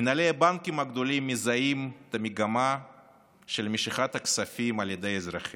מנהלי הבנקים הגדולים מזהים מגמה של משיכת כספים על ידי האזרחים.